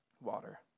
water